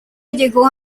llegó